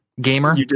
gamer